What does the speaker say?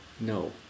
No